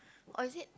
or is it